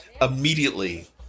Immediately